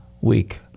week